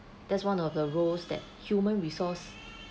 that's one of the roles that human resource